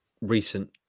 recent